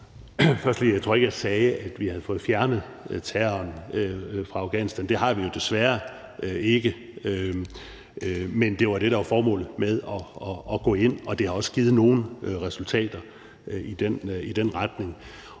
lige sige, at jeg tror ikke, jeg sagde, at vi har fået fjernet terroren fra Afghanistan. Det har vi jo desværre ikke, men det var det, der var formålet med at gå ind, og det har også givet nogle resultater i den retning.